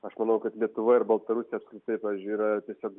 aš manau kad lietuva ir baltarusija apskritai pavyzdžiui yra tiesiog